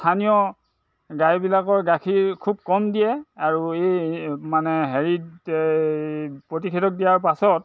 স্থানীয় গাইবিলাকে গাখীৰ খুব কম দিয়ে আৰু এই মানে হেৰিত প্ৰতিষেধক দিয়াৰ পাছত